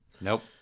Nope